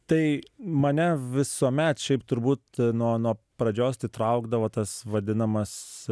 tai mane visuomet šiaip turbūt nuo nuo pradžios tai traukdavo tas vadinamas